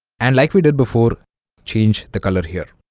and like we did before change the color here